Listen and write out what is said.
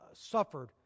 suffered